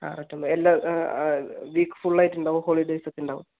എല്ലാം week full ആയിട്ടുണ്ടാവുമോ ഹോളിഡേയ്സൊക്കെ ഉണ്ടാവുമോ